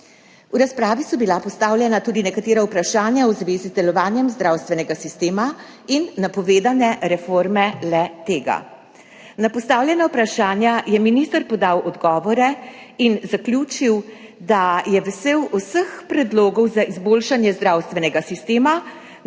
V razpravi so bila postavljena tudi nekatera vprašanja v zvezi z delovanjem zdravstvenega sistema in napovedane reforme le-tega. Na postavljena vprašanja je minister podal odgovore in zaključil, da je vesel vseh predlogov za izboljšanje zdravstvenega sistema,